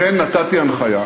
לכן נתתי הנחיה,